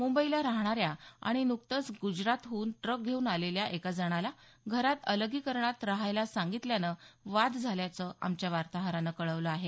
मुंबईला राहणाऱ्या आणि नुकतंच गुजरातहून ट्रक घेऊन आलेल्या एका जणाला घरात अलगीकरणात रहायला सांगितल्यानं वाद झाल्याचं आमच्या वार्ताहरानं कळवलं आहे